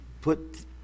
put